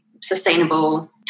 sustainable